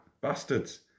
bastards